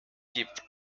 gibt